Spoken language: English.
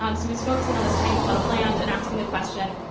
um so he's focusing on this tiny plot of land and asking the question,